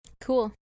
Cool